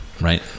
right